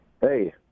Hey